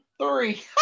three